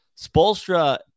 Spolstra